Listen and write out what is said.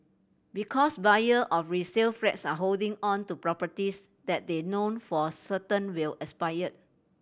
because buyer of resale flats are holding on to properties that they know for certain will expire